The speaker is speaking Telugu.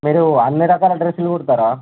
మీరు అన్ని రకాల డ్రెస్లు కుడతారా